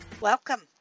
Welcome